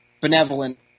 benevolent